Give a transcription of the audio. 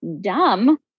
dumb